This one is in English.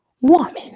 woman